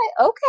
Okay